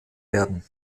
werden